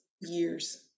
years